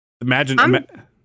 Imagine